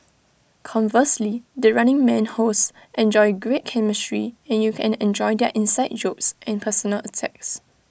conversely the running man hosts enjoy great chemistry and you can enjoy their inside jokes and personal attacks